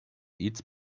eats